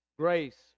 Grace